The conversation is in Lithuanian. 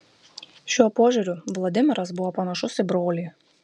šiuo požiūriu vladimiras buvo panašus į brolį